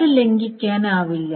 അത് ലംഘിക്കാനാവില്ല